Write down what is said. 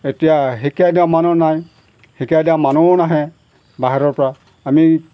এতিয়া শিকাই দিয়া মানুহ নাই শিকাই দিয়া মানুহো নাহে বাহিৰৰপৰা আমি